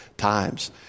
Times